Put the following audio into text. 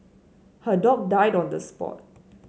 her dog died on the spot